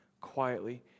quietly